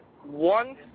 one